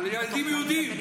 של ילדים יהודים.